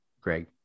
Greg